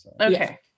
Okay